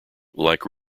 like